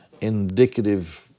indicative